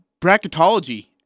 Bracketology